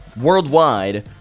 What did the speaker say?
worldwide